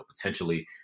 potentially